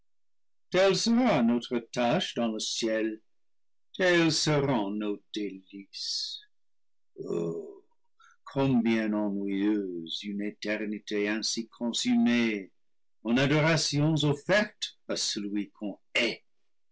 sera notre lâche dans le ciel telles seront nos délices oh combien ennuyeuse une éternité ainsi consumée en adorations offertes à celui qu'on hait